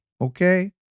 okay